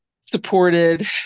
supported